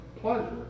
pleasure